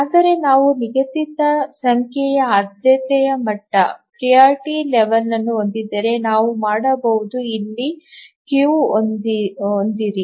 ಆದರೆ ನಾವು ನಿಗದಿತ ಸಂಖ್ಯೆಯ ಆದ್ಯತೆಯ ಮಟ್ಟವನ್ನು ಹೊಂದಿದ್ದರೆ ನಾವು ಮಾಡಬಹುದು ಇಲ್ಲಿ ಕ್ಯೂ ಹೊಂದಿರಿ